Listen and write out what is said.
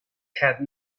had